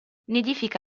nidifica